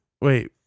Wait